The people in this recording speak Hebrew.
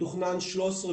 מתוכנן 13,